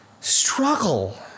struggle